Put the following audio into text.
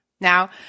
Now